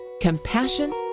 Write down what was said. compassion